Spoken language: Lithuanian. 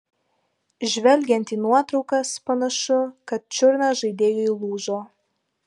žvelgiant į nuotraukas panašu kad čiurna žaidėjui lūžo